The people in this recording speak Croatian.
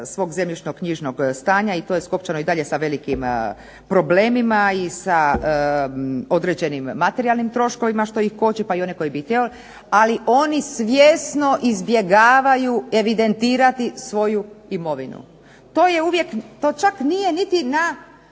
svog zemljišno-knjižnog stanja i to je skopčano i dalje sa velikim problemima i sa određenim materijalnim troškovima što ih koči, pa i oni koji bi .../Govornik se ne razumije./... ali oni svjesno izbjegavaju evidentirati svoju imovinu. To je uvijek, čak nije niti na